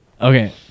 Okay